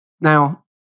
Now